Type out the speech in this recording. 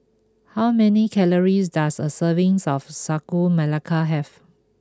how many calories does a serving of Sagu Melaka have